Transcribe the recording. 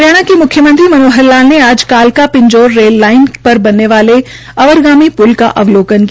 हरियाणा के मुख्यमंत्री मनोहर लाल ने आज कालका पिंजोर रेल लाइन पर बने वाले अवर गामी प्ल का अवलोकन किया